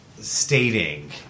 stating